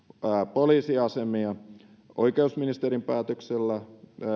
poliisiasemia oikeusministerin päätöksillä